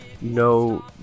no